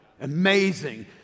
amazing